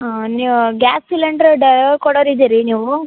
ಹಾಂ ನೀವು gas cylinder ಡೈಯೋ ಕೊಡೊರು ಇದ್ದೀರಿ ನೀವು